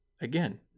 again